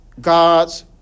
God's